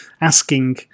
asking